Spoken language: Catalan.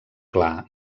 clar